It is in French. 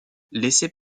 laissait